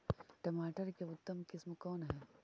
टमाटर के उतम किस्म कौन है?